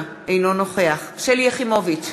אינו נוכח שלי יחימוביץ,